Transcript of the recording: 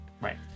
right